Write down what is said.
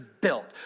built